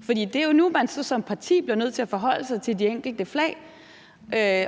For det er jo nu, at man som parti bliver nødt til at forholde sig til de enkelte flag,